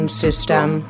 system